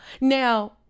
Now